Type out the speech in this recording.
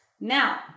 Now